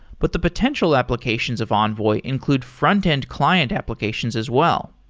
but the potential applications of envoy include frontend client applications as well.